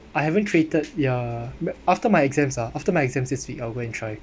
I haven't created ya after my exams ah after my exams this week I'll go and try